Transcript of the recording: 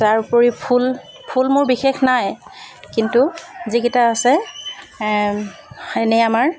তাৰোপৰি ফুল ফুল মোৰ বিশেষ নাই কিন্তু যিকেইটা আছে এনেই আমাৰ